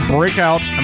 Breakout